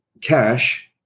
Cash